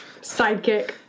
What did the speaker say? sidekick